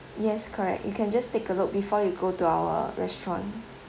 yes correct you can just take a look before you go to our restaurant